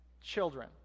children